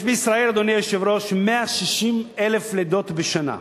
יש בישראל, אדוני היושב-ראש, 160,000 לידות בשנה,